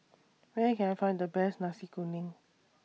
Where Can I Find The Best Nasi Kuning